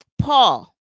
Paul